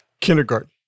Kindergarten